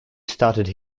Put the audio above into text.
started